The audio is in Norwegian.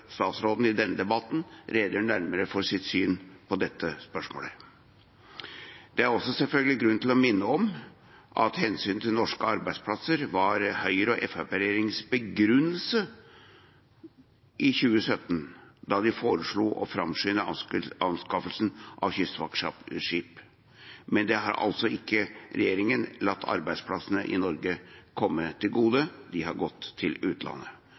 statsråden i denne debatten redegjør nærmere for sitt syn på dette spørsmålet. Det er selvfølgelig også grunn til å minne om at hensynet til norske arbeidsplasser var Høyre–Fremskrittsparti-regjeringens begrunnelse i 2017 da de foreslo å framskynde anskaffelsen av kystvaktskip. Det har altså regjeringen ikke latt komme arbeidsplassene i Norge til gode, det har gått til utlandet.